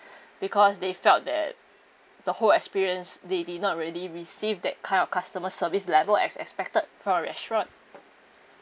because they felt that the whole experience they did not really receive that kind of customer service level as expected from a restaurant